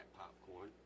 popcorn